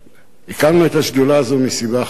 הקמנו את השדולה הזאת מסיבה אחת פשוטה,